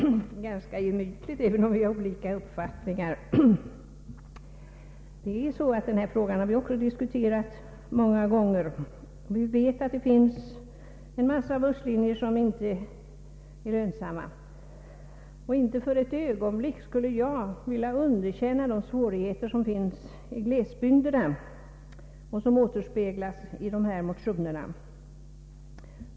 Herr talman! Bästa herr Strandberg, bråket får stå för er räkning. Jag tycker det är ganska gemytligt även om vi har olika uppfattningar. Den här frågan har vi diskuterat många gånger. Vi vet att det finns en mängd busslinjer som inte är lönsamma. Inte för ett ögonblick skulle jag vilja underskatta de svårigheter som finns i glesbygderna och som återspeglas i de här motionerna.